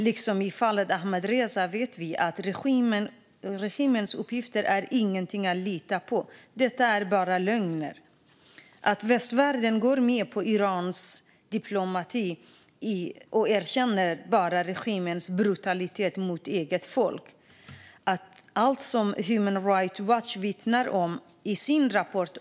Liksom i fallet Ahmadreza vet vi att regimens uppgifter inte är att lita på. Det är bara lögner. Att gå med på Irans diplomati så som västvärlden gör är att erkänna regimens brutalitet mot sitt eget folk, som Human Rights Watch vittnar om i sin rapport.